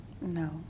No